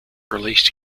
released